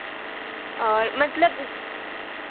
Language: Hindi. और मतलब